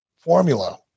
Formula